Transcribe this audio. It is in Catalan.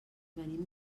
venim